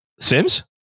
Sims